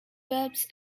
verbs